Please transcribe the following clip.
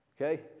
Okay